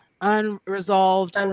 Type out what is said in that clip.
Unresolved